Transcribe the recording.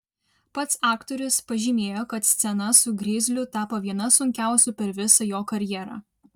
pats aktorius pažymėjo kad scena su grizliu tapo viena sunkiausių per visą jo karjerą